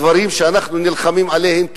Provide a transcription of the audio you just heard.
הדברים שאנחנו נלחמים עליהם,